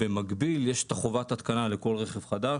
במקביל יש את חובת ההתקנה לכל רכב חדש,